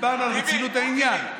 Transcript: דיברנו על רצינות העניין.